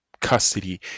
custody